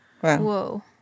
Whoa